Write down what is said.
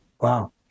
Wow